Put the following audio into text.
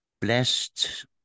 blessed